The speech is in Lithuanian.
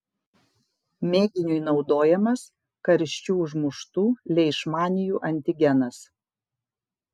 mėginiui naudojamas karščiu užmuštų leišmanijų antigenas